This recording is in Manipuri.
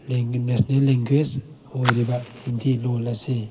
ꯅꯦꯁꯅꯦꯜ ꯂꯦꯡꯒ꯭ꯋꯦꯖ ꯑꯣꯏꯔꯤꯕ ꯍꯤꯟꯗꯤ ꯂꯣꯟ ꯑꯁꯤ